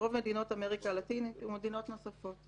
רוב מדינות אמריקה הלטינית ומדינות נוספות.